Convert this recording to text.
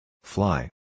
Fly